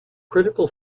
critical